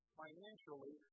financially